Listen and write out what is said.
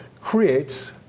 creates